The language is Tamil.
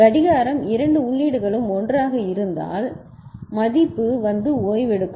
கடிகாரமும் இரண்டு உள்ளீடுகளும் 1 ஆக இருந்தால் எனவே மதிப்பு வந்து ஓய்வெடுக்கும்